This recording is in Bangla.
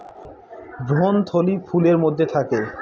ভ্রূণথলি ফুলের মধ্যে থাকে